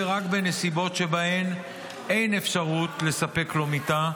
רק בנסיבות שבהן אין אפשרות לספק לו מיטה,